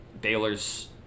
Baylor's